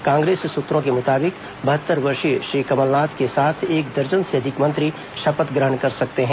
कांग्रेस सूत्रों के मुताबिक बहत्तर वर्षीय श्री कमलनाथ के साथ एक दर्जन से अधिक मंत्री शपथ ग्रहण कर सकते हैं